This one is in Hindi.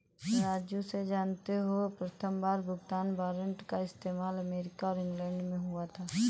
राजू से जानते हो प्रथमबार भुगतान वारंट का इस्तेमाल अमेरिका और इंग्लैंड में हुआ था